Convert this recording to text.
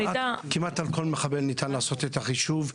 כמעט על כל מחבל ניתן לעשות את החישוב.